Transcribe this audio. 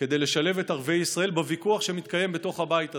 כדי לשלב את ערביי ישראל בוויכוח שמתקיים בתוך הבית הזה.